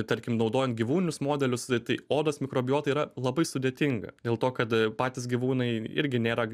tarkim naudojant gyvūninius modelius tai odos mikrobiota yra labai sudėtinga dėl to kad patys gyvūnai irgi nėra